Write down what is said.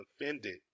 offended